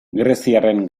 greziarren